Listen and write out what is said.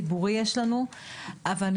ויש לנו גם בדיור הציבור.